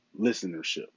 listenership